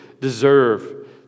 deserve